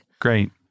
Great